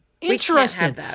Interesting